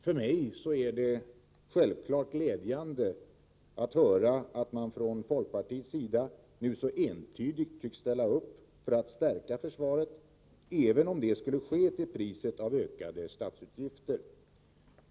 För mig är det självklart glädjande att höra att folkpartiet nu så entydigt tycks ställa upp för att stärka försvaret, även om det skulle ske till priset av ökade statsutgifter.